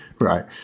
Right